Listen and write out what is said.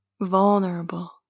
vulnerable